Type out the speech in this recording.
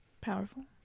powerful